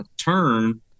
turn